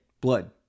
Blood